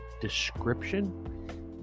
description